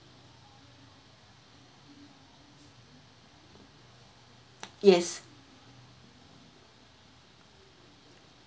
yes